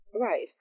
Right